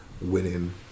winning